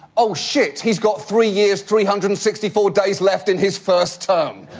oh, shit! he's got three years, three hundred and sixty four days, left in his first term.